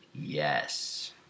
Yes